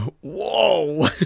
whoa